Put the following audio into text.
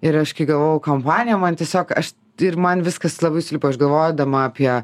ir aš kai gavau kampaniją man tiesiog aš tai ir man viskas labai sulipo aš galvodama apie